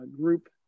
Group